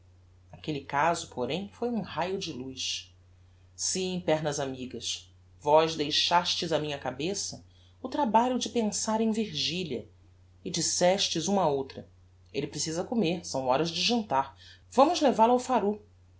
aquelle caso porém foi um raio de luz sim pernas amigas vós deixastes á minha cabeça o trabalho de pensarem virgilia e dissestes uma á outra elle precisa comer são horas de jantar vamos levai o ao